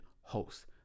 hosts